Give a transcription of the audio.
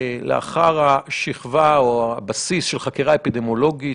לאחר השכבה או הבסיס של החקירה האפידמיולוגית